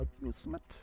amusement